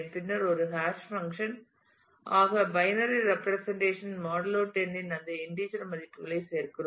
பின்னர் ஒரு hash function ஆக பைனரி ரெப்பிரசன்டேஷன் மாடூலோ 10 இன் இந்த இண்டீஜர் மதிப்புகளைச் சேர்க்கிறோம்